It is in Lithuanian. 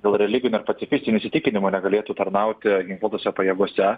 dėl religinių ar pacifistinių įsitikinimų negalėtų tarnauti ginkluotose pajėgose